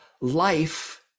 life